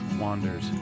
wanders